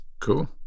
Cool